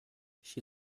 she